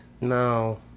No